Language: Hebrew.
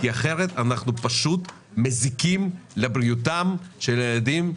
כי אחרת אנחנו פשוט מזיקים לבריאותם של הילדים.